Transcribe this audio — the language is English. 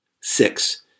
Six